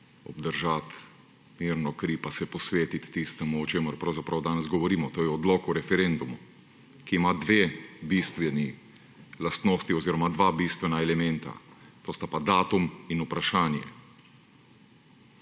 obdržati mirno kri pa se posvetiti tistemu, o čimer pravzaprav danes govorimo, to je odlok o referendumu, ki ima dve bistveni lastnosti oziroma dva bistvena elementa: to sta pa datum in vprašanje.